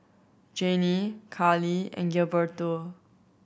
Janie Carli and Gilberto